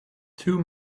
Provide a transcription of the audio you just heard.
two